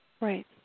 Right